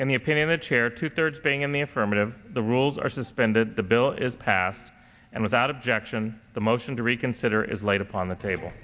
in the opinion the chair two thirds being in the affirmative the rules are suspended the bill is passed and without objection the motion to reconsider is laid upon the table